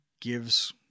gives